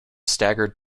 staggered